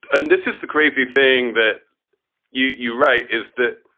and this is the crazy thing that you you write is that.